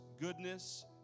goodness